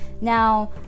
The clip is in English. Now